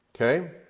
okay